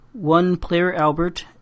oneplayeralbert